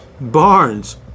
Barnes